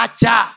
Acha